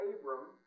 Abram